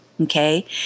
okay